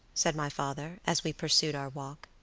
said my father, as we pursued our walk.